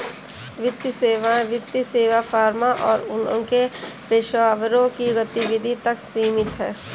वित्तीय सेवाएं वित्तीय सेवा फर्मों और उनके पेशेवरों की गतिविधि तक सीमित हैं